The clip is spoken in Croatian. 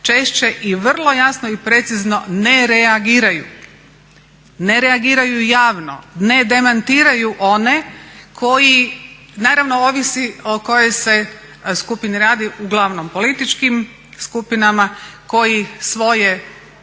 češće i vrlo jasno i precizno ne reagiraju, ne reagiraju javno, ne demantiraju one koji naravno ovisi o kojoj se skupini radi, uglavnom političkim skupinama koji svoje